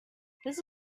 this